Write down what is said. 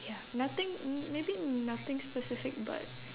ya nothing m~ maybe nothing specific but